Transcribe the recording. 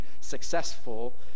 successful